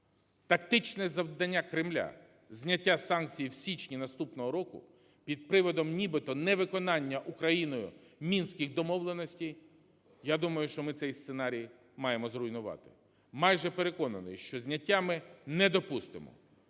Тактичне завдання Кремля – зняття санкцій в січні наступного року під приводом нібито невиконання Україною Мінських домовленостей – я думаю, що ми цей сценарій маємо зруйнувати. Майже переконаний, що зняття ми не допустимо.